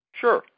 Sure